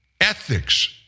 ethics